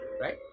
right